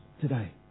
today